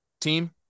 team